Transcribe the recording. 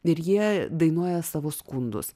ir jie dainuoja savo skundus